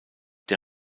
der